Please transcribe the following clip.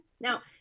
Now